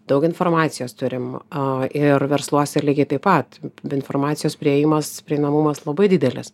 daug informacijos turim a ir versluose lygiai taip pat informacijos priėjimas prieinamumas labai didelis